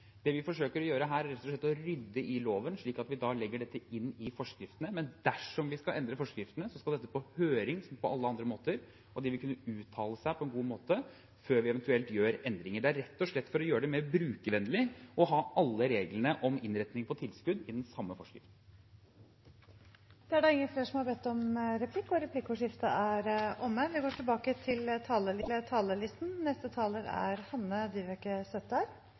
Det vi forsøker å gjøre her, er rett og slett å rydde i loven, slik at vi legger dette inn i forskriftene. Men dersom vi skal endre forskriftene, skal dette på høring, som på alle andre måter, og de vil kunne uttale seg på en god måte før vi eventuelt gjør endringer. Det er rett og slett for å gjøre det mer brukervennlig, å ha alle reglene om innretning på tilskudd i den samme forskriften. Replikkordskiftet er omme. De talere som heretter får ordet, har også en taletid på 3 minutter. I vår fikk Neverdal skole i Meløy kommune i Nordland, som er